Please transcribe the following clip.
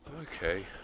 Okay